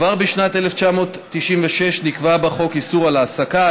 כבר בשנת 1996 נקבע בחוק איסור העסקה,